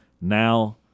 Now –